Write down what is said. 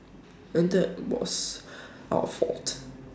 and that was our fault